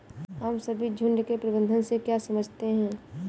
आप सभी झुंड के प्रबंधन से क्या समझते हैं?